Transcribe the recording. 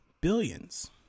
billions